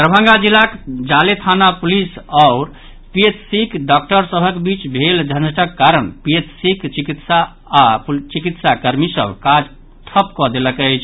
दरभंगा जिलाक जाले थाना पुलिस आओर पीएचसीक डॉक्टर सभक बीच भेल झंझटक कारण पीएचसीक चिकित्सक आओर चिकित्साकर्मी सभ काज ठप्प कऽ देलक अछि